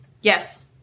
Yes